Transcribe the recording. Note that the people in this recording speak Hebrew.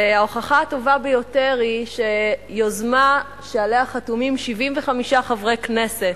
וההוכחה הטובה ביותר היא שיוזמה שעליה חתומים 75 חברי כנסת